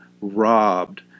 robbed